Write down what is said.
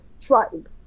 tribe